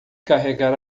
carregar